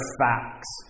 facts